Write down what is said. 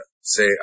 say